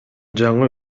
жаңы